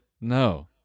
No